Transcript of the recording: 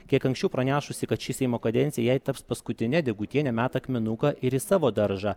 kiek anksčiau pranešusi kad ši seimo kadencija jai taps paskutine degutienė meta akmenuką ir į savo daržą